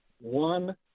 One